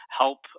help